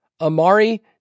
Amari